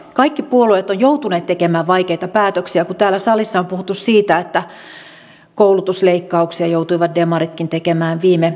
kaikki puolueet ovat joutuneet tekemään vaikeita päätöksiä kun täällä salissa on puhuttu siitä että koulutusleikkauksia joutuivat demaritkin tekemään viime hallituskaudella